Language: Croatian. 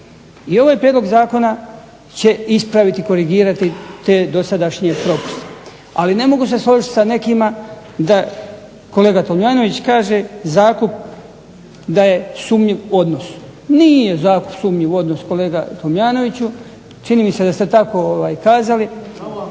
I ovaj Prijedlog zakona će ispraviti korigirati te dosadašnje propise ali ne mogu se složiti sa nekima, kolega Tomljanović kaže zakup da je sumnjiv odnos, nije sumnjiv odnos kolega Tomljanoviću, čini vam se da ste tako kazali,